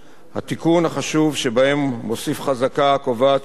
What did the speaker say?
התיקון החשוב שבהם מוסיף חזקה הקובעת כי הצהרות של